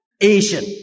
Asian